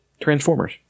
Transformers